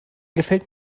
gefällt